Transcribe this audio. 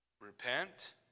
Repent